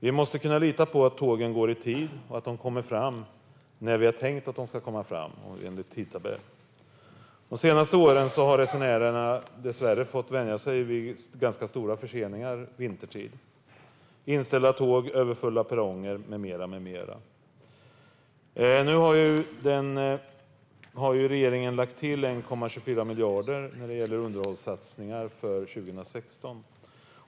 Vi måste kunna lita på att tågen går i tid och att de kommer fram när vi har tänkt att de ska komma fram, det vill säga enligt tidtabell. De senaste åren har resenärerna dessvärre fått vänja sig vid ganska stora förseningar vintertid, inställda tåg, överfulla perronger med mera. Nu har regeringen lagt till 1,24 miljarder när det gäller underhållssatsningar för 2016.